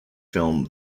film